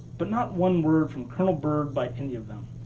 but not one word from colonel byrd by any of them.